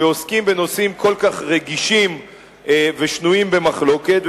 כשעוסקים בנושאים כל כך רגישים ושנויים במחלוקת,